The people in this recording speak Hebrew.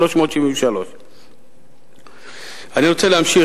373. אני רוצה להמשיך,